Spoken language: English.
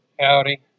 Howdy